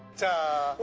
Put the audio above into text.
to